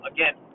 Again